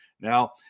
Now